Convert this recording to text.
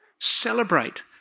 celebrate